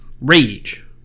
rage